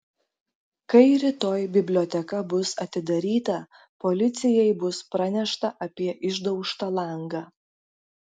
kai rytoj biblioteka bus atidaryta policijai bus pranešta apie išdaužtą langą